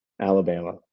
Alabama